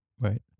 Right